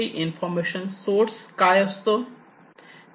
त्यांना इन्फॉर्मेशन कशी मिळते